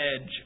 edge